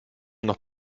noch